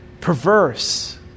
perverse